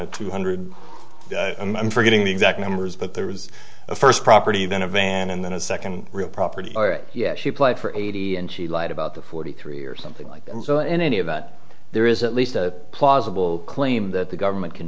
a two hundred i'm forgetting the exact numbers but there was a first property then a van and then a second real property yet she applied for eighty and she lied about the forty three or something like that so in any event there is at least a plausible claim that the government can